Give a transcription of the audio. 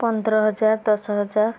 ପନ୍ଦର ହଜାର ଦଶହଜାର